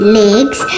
legs